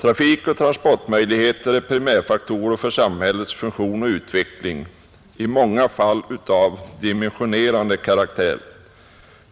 ”Trafikoch transportmöjligheter är primärfaktorer för samhällets funktion och utveckling — i många fall av dimensionerande karaktär.